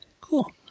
Cool